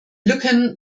lücken